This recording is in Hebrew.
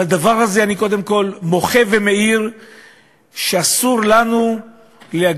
אני על הדבר הזה קודם כול מוחה ומעיר שאסור לנו להגיע,